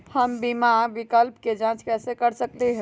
हम बीमा विकल्प के जाँच कैसे कर सकली ह?